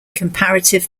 comparative